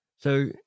So-